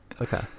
Okay